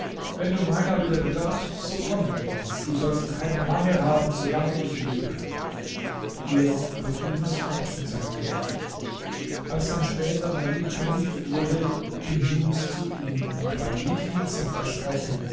wenn du meiner wieder bedarfst so komme nur du sollst keinen mangel haben solange ich lebe hierauf ritt junus fort mit seinem geld als dann später walid kalif wurde ging junus zu ihm und walid hielt sein versprechen